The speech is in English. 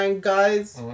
guys